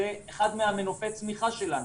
זה אחד ממנופי הצמיחה שלנו,